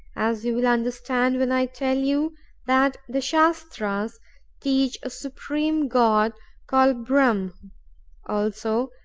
as you will understand when i tell you that the shastras teach a supreme god called brahm also,